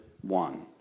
one